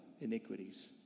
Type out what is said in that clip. iniquities